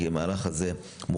ולמרות שהמהלך הזה מורכב,